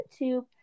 YouTube